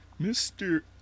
Mr